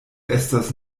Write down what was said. estas